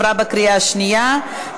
עברה בקריאה השנייה.